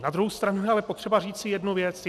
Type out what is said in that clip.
Na druhou stranu je ale potřeba říci jednu věc.